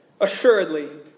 Assuredly